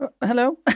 Hello